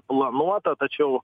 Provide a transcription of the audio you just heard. planuota tačiau